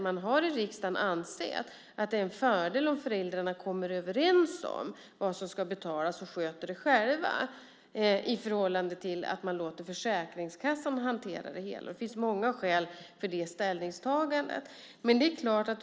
Man har i riksdagen ansett att det är en fördel om föräldrarna kommer överens om vad som ska betalas och sköter det själva i förhållande till att man låter Försäkringskassan hantera det hela. Det finns många skäl för det ställningstagandet.